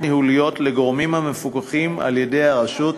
ניהוליות לגורמים המפוקחים על-ידי הרשות,